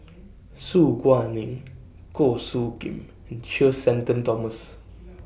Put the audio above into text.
Su Guaning Goh Soo Khim and Sir Shenton Thomas